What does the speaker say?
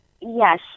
Yes